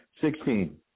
Sixteen